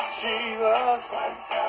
Jesus